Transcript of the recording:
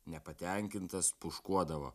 nepatenkintas puškuodavo